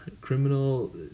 criminal